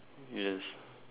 yes